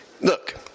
look